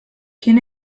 kien